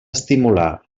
estimular